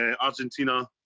Argentina